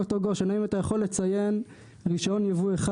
ד"ר גושן האם אתה יכול לציין רישיון יבוא אחד